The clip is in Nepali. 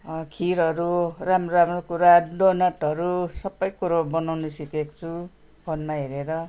खिरहरू राम्रो राम्रो कुरा डोनटहरू सबै कुरो बनाउन सिकेको छु फोनमा हेरेर